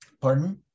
Pardon